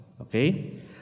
Okay